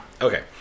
Okay